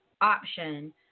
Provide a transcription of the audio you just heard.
option